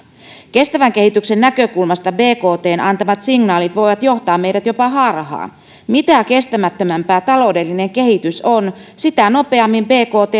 kestävän kehityksen näkökulmasta bktn antamat signaalit voivat johtaa meidät jopa harhaan mitä kestämättömämpää taloudellinen kehitys on sitä nopeammin bkt